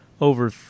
over